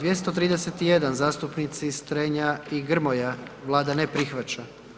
231. zastupnici Strenja i Grmoja, Vlada ne prihvaća.